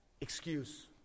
excuse